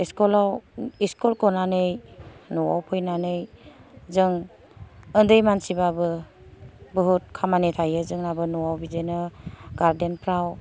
school आव school गनानै न' आव फैनानै जों उन्दै मानसिबाबो जोंनाबो बहुद खामानि थायो न' आव बिदिनो गारदेन फ्राव